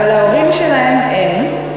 אבל להורים שלהם אין,